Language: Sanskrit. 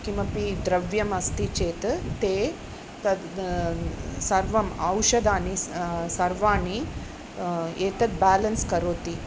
किमपि द्रव्यमस्तिचेत् ते तद् सर्वम् औषधानि सर्वाणि एतद् बालेन्स् करोति